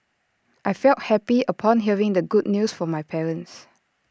I felt happy upon hearing the good news from my parents